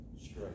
straight